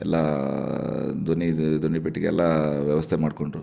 ಎಲ್ಲ ಧ್ವನಿ ಧ್ವನಿ ಪೆಟ್ಟಿಗೆ ಎಲ್ಲ ವ್ಯವಸ್ಥೆ ಮಾಡಿಕೊಂಡರು